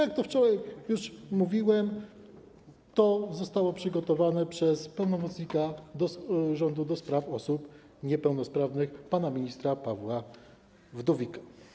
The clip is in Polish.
Jak wczoraj już mówiłem, to zostało przygotowane przez pełnomocnika rządu do spraw osób niepełnosprawnych pana ministra Pawła Wdówika.